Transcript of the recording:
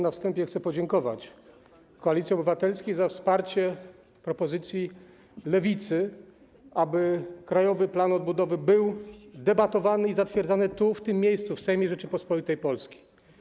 Na wstępie chcę podziękować Koalicji Obywatelskiej za wsparcie propozycji Lewicy, aby Krajowy Plan Odbudowy był debatowany i zatwierdzany tu, w tym miejscu, w Sejmie Rzeczypospolitej Polskiej.